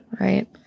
right